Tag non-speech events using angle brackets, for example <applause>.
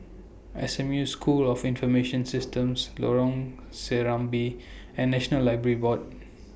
<noise> S M U School of Information Systems Lorong Serambi and National Library Board <noise>